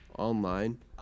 online